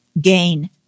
gain